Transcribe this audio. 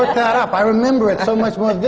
but that up. i remember it so much